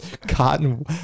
cotton